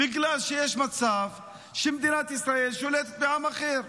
בגלל שיש מצב שמדינת ישראל שולטת בעם אחר.